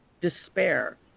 despair